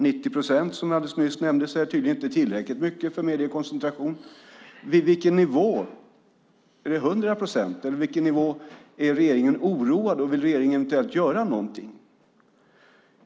90 procent, som nämndes nyss, är tydligen inte tillräckligt mycket. Vid vilken nivå är regeringen oroad - är det 100 procent? Vill regeringen göra något?